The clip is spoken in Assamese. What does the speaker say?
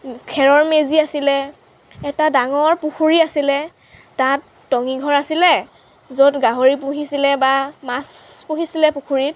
খেৰৰ মেজি আছিলে এটা ডাঙৰ পুখুৰী আছিলে তাত টঙি ঘৰ আছিলে য'ত গাহৰি পুহিছিলে বা মাছ পুহিছিলে পুখুৰীত